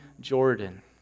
Jordan